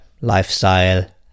lifestyle